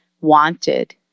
wanted